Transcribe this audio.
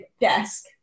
desk